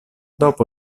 dopo